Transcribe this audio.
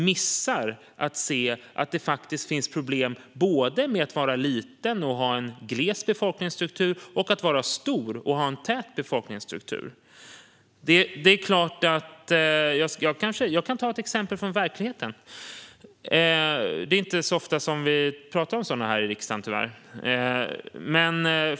Förslaget missar att det faktiskt finns problem både med att vara liten och ha en gles befolkningsstruktur och med att vara stor och ha en tät befolkningsstruktur. Jag kan ta ett exempel från verkligheten. Det är tyvärr inte så ofta vi pratar om sådana här i riksdagen.